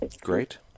Great